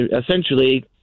essentially